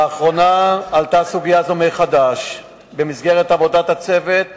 לאחרונה עלתה סוגיה זו מחדש במסגרת עבודת הצוות